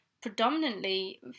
predominantly